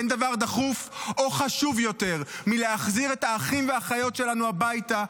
אין דבר דחוף או חשוב יותר מלהחזיר את האחים והאחיות שלנו הביתה.